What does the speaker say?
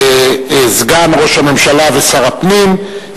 לסגן ראש הממשלה ושר הפנים,